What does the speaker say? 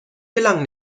gelang